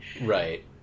right